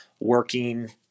working